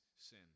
sin